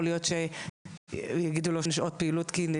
יכול להיות שיגידו לו שאין שעות פעילות כי הוא